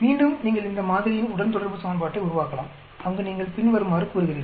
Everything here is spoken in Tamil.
மீண்டும் நீங்கள் இந்த மாதிரியின் உடன்தொடர்பு சமன்பாட்டை உருவாக்கலாம் அங்கு நீங்கள் பின்வருமாறுகூறுகிறீர்கள்